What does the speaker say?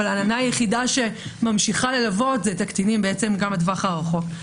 אבל העננה היחידה שממשיכה ללוות זה את הקטינים בעצם גם בטווח הרחוק.